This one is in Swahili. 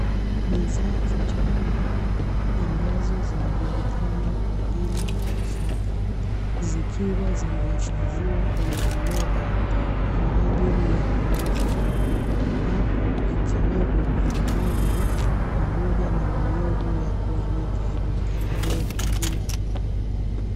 Bidhaa za chakula ambazo zinajulikana kwa jina la nafaka zikiwa zimehifadhiwa kwenye viroba kwa ajili ya kuuzwa, ambapo ikiwemo: maharage pamoja na mihogo ya kuanika ijulikanayo kwa jina la makopa.